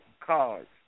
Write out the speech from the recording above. cards